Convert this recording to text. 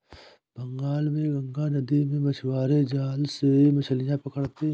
बंगाल में गंगा नदी में मछुआरे जाल से मछलियां पकड़ते हैं